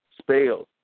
spells